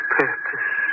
purpose